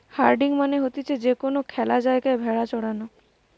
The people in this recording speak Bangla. হার্ডিং মানে হতিছে যে কোনো খ্যালা জায়গায় ভেড়া চরানো